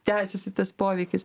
tęsiasi tas poveikis